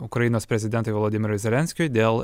ukrainos prezidentui volodymyrui zelenskiui dėl